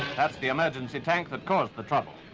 that's the emergency tank that caused the trouble.